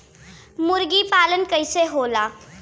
मुर्गी पालन कैसे होला?